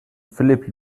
philipp